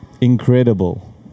incredible